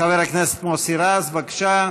חבר הכנסת מוסי רז, בבקשה.